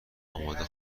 آماده